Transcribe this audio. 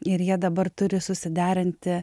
ir jie dabar turi susiderinti